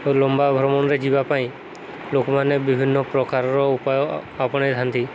ଲମ୍ବା ଭ୍ରମଣରେ ଯିବା ପାଇଁ ଲୋକମାନେ ବିଭିନ୍ନ ପ୍ରକାରର ଉପାୟ ଆପଣେଇଥାନ୍ତି